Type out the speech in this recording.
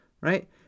right